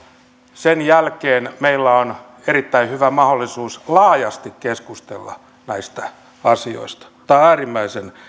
sen jälkeen meillä on erittäin hyvä mahdollisuus laajasti keskustella näistä asioista tämä on äärimmäisen